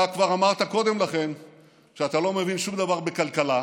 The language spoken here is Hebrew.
אתה כבר אמרת קודם לכן שאתה לא מבין שום דבר בכלכלה,